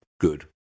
good